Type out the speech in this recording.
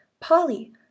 polly